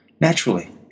Naturally